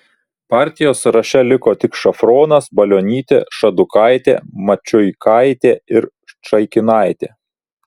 partijos sąraše liko tik šafronas balionytė šaduikaitė mačiuikaitė ir čaikinaitė